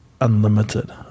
unlimited